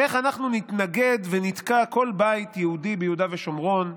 איך אנחנו נתנגד ונתקע כל בית יהודי ביהודה ושומרון,